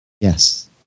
Yes